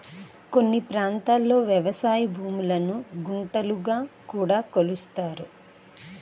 కొన్ని ప్రాంతాల్లో వ్యవసాయ భూములను గుంటలుగా కూడా కొలుస్తారు